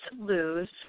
lose